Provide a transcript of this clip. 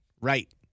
Right